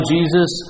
Jesus